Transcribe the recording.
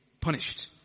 punished